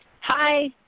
Hi